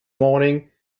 morning